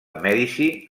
mèdici